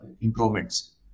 improvements